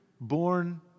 born